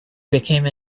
became